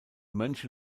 mönche